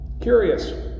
Curious